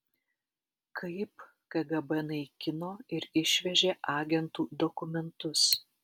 kaip kgb naikino ir išvežė agentų dokumentus